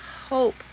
hope